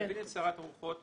אני מבין את סערת הרוחות.